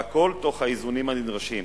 והכול תוך האיזונים הנדרשים.